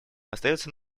остается